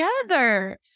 together